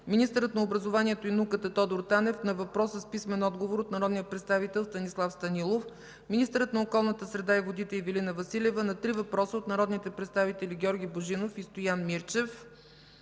министърът на образованието и науката Тодор Танев – на въпрос с писмен отговор от народния представител Станислав Станилов; - министърът на околната среда и водите Ивелина Василева – на три въпроса от народните представители Георги Божинов и Стоян Мирчев,